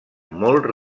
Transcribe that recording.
molt